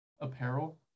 apparel